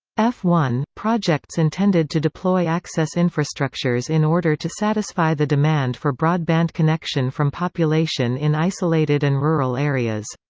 f one projects intended to deploy access infrastructures in order to satisfy the demand for broadband connection from population in isolated and rural areas.